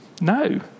no